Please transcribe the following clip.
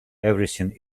everything